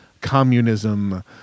communism